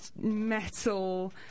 metal